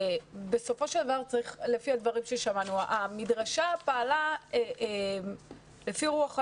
בסופו של דבר, המדרשה פעלה לפי רוח המדינה,